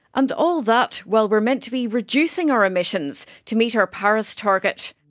and all that, while we're meant to be reducing our emissions to meet our paris target.